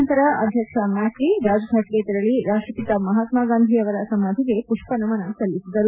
ನಂತರ ಅಧ್ಯಕ್ಷ ಮ್ಯಾಕ್ರಿ ರಾಜ್ಫಾಟ್ಗೆ ತೆರಳಿ ರಾಷ್ಟಪಿತ ಮಹಾತ್ಮಾ ಗಾಂಧಿಯವರ ಸಮಾಧಿಗೆ ಪುಷ್ಪ ನಮನ ಸಲ್ಲಿಸಿದರು